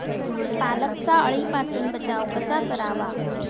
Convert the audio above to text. पालकचा अळीपासून बचाव कसा करावा?